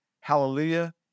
Hallelujah